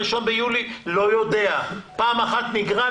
1 ביולי לא יודע - פעם אחת נגרע,